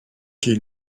qui